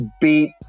beat